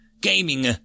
Gaming